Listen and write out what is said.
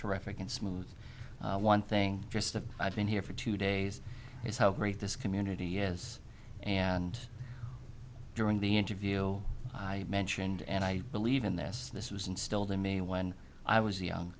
terrific and smooth one thing just a i've been here for two days is how great this community is and during the interview i mentioned and i believe in this this was instilled in me when i was young